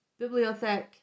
Bibliothek